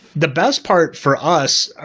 the best part for us,